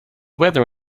weather